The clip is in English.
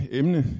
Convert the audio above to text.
emne